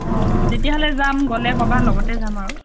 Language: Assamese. অঁ তেতিয়াহ'লে যাম গ'লে ক'বা লগতে যাম আৰু